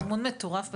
אמון מטורף בציבור.